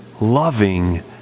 loving